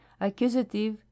accusative